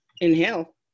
inhale